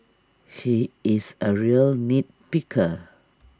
he is A real nit picker